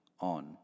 on